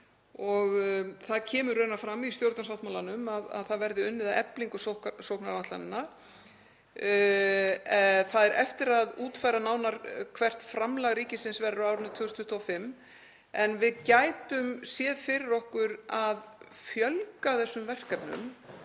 Það kemur raunar fram í stjórnarsáttmálanum að unnið verði að eflingu sóknaráætlananna. Það á eftir að útfæra nánar hvert framlag ríkisins verður á árinu 2025 en við gætum séð fyrir okkur að fjölga þessum verkefnum